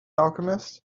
alchemist